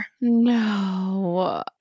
No